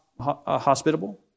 hospitable